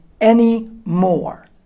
anymore